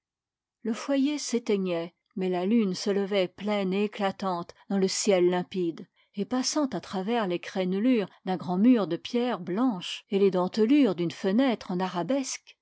le foyer s'éteignait mais la lune se levait pleine et éclatante dans le ciel limpide et passant à travers les crénelure d'un grand mur de pierres blanches et les dentelures d'une fenêtre en arabesque